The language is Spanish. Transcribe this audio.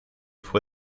fue